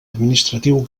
administratiu